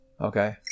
Okay